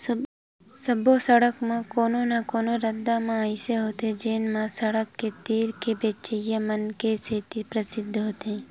सब्बो सहर म कोनो न कोनो रद्दा ह अइसे होथे जेन म सड़क तीर के बेचइया मन के सेती परसिद्ध होथे